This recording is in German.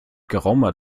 geraumer